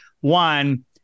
one